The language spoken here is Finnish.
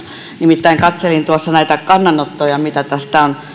nimittäin katselin tuossa näitä kannanottoja mitä tästä on